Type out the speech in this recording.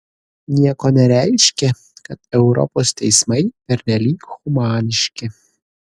nieko nereiškia kad europos teismai pernelyg humaniški